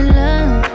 love